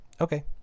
Okay